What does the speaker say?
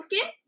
Okay